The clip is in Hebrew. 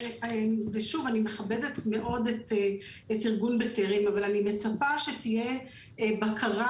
אני מכבדת מאוד את ארגון בטרם אבל אני מצפה שתהיה בקרה